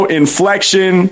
inflection